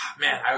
Man